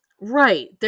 Right